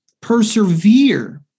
Persevere